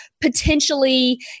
potentially